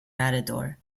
matador